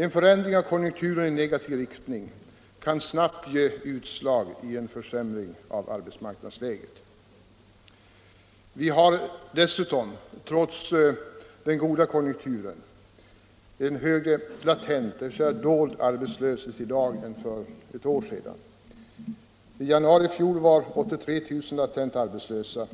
En förändring av konjunkturen i negativ riktning kan snabbt ge utslag i en försämring av arbetsmarknadsläget. Vi har dessutom trots den goda konjunkturen en högre latent, dvs. dold, arbetslöshet i dag än för ett år sedan. I januari i fjol var 83 000 personer latent arbetslösa.